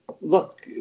Look